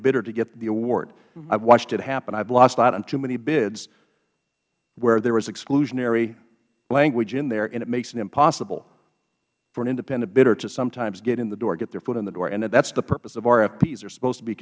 bidder to get the award i've watched it happen i've lost out on too many bids where there was exclusionary language in there and it makes it impossible for an independent bidder to sometimes get in the door get their foot in the door and that's the purpose of rfps they are supposed to be